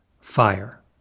fire